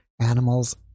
animals